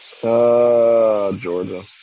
Georgia